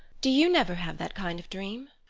do you never have that kind of dream?